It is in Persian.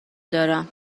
دارم